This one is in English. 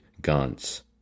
guns